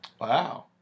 Wow